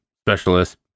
Specialist